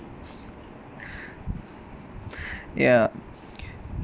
ya